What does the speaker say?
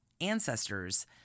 ancestors